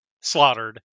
slaughtered